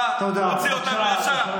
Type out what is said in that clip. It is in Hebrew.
בא, מוציא אותנו ישר.